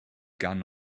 gun